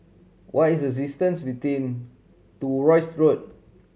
what is the distance between to Rosyth Road